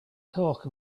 talk